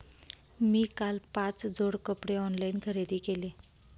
मी काल पाच जोड कपडे ऑनलाइन खरेदी केले